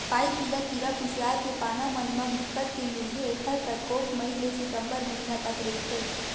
पाइपिला कीरा कुसियार के पाना मन म बिकट के मिलथे ऐखर परकोप मई ले सितंबर महिना तक रहिथे